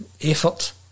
effort